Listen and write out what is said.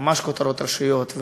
ממש כותרות ראשיות,